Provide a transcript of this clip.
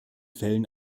fällen